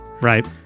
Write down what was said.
right